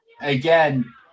again